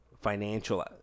financial –